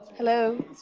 hello.